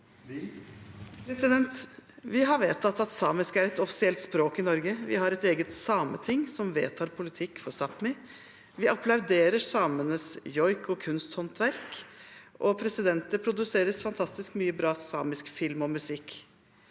Vi har vedtatt at samisk er et offisielt språk i Norge. Vi har et eget sameting som vedtar politikk for Sápmi. Vi applauderer samenes joik og kunsthåndverk, og det produseres fantastisk mye bra samisk film og musikk.